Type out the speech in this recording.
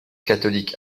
catholique